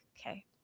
okay